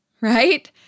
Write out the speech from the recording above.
right